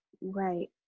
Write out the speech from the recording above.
right